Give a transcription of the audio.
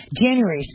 January